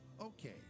Okay